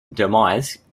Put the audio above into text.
demise